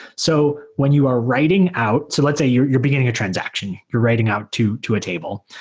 so when you are writing out so let's say you're you're beginning a transaction. you're writing out to to a table.